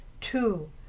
Two